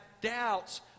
doubts